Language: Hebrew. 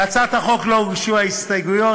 להצעת החוק לא הוגשו הסתייגויות,